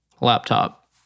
laptop